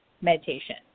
meditation